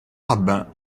rabbin